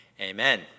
amen